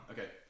Okay